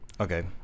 Okay